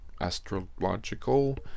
astrological